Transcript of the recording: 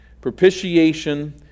Propitiation